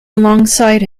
alongside